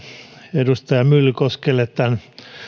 edustaja myllykoskelle tämän